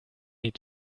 need